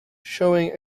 showing